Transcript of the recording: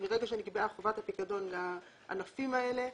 מרגע שנקבעה חובת הפיקדון לענפים האלה,